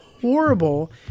horrible